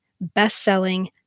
best-selling